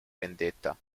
vendetta